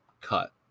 cut